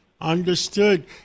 Understood